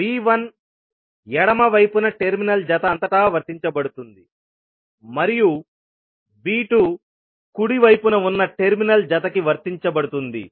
ఇక్కడ V1 ఎడమ వైపున టెర్మినల్ జత అంతటా వర్తించబడుతుంది మరియు V2 కుడి వైపున ఉన్న టెర్మినల్ జతకి వర్తించబడుతుంది